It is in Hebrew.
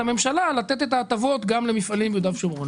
הממשלה לתת את ההטבות גם למפעלים ביהודה ושומרון.